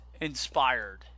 inspired